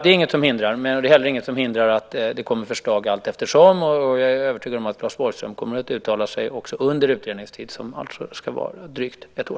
Det är inget som hindrar det. Det är heller inget som hindrar att det kommer förslag allteftersom. Jag är övertygad om att Claes Borgström kommer att uttala sig också under utredningstiden, som alltså ska vara drygt ett år.